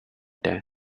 that